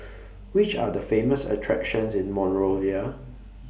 Which Are The Famous attractions in Monrovia